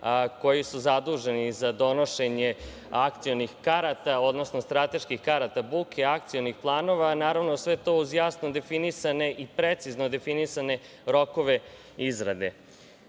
koji su zaduženi za donošenje akcionih karata, odnosno strateških karata buke akcionih planova, a naravno sve to uz jasno definisane i precizno definisane rokove izrade. Primera